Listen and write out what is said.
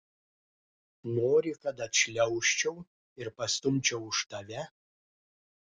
nori kad atšliaužčiau ir pastumčiau už tave